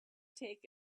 take